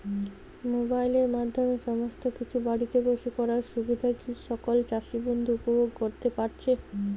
মোবাইলের মাধ্যমে সমস্ত কিছু বাড়িতে বসে করার সুবিধা কি সকল চাষী বন্ধু উপভোগ করতে পারছে?